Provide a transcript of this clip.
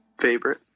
favorite